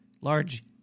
large